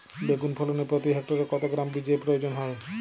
বেগুন ফলনে প্রতি হেক্টরে কত গ্রাম বীজের প্রয়োজন হয়?